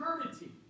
eternity